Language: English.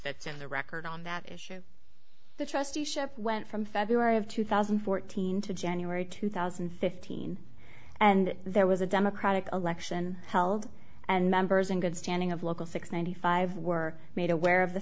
that's in the record on that issue the trusteeship went from february of two thousand and fourteen to january two thousand and fifteen and there was a democratic election held and members in good standing of local six ninety five were made aware of the